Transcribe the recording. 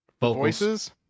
voices